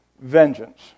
vengeance